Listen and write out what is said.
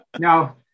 No